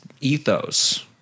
ethos